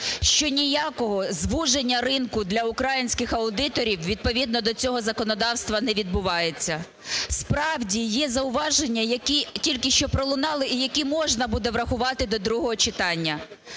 що ніякого звуження ринку для українських аудиторів відповідно до цього законодавства не відбувається. Справді, є зауваження, які тільки що пролунали і які можна буде врахувати до другого читання.